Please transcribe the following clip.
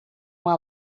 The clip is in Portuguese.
uma